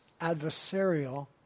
adversarial